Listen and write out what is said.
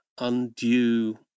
undue